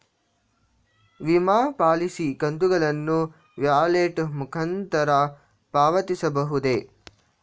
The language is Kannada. ವಿಮಾ ಪಾಲಿಸಿ ಕಂತುಗಳನ್ನು ವ್ಯಾಲೆಟ್ ಮುಖಾಂತರ ಪಾವತಿಸಬಹುದೇ?